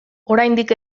oraindik